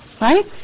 Right